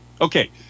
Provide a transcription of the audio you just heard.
Okay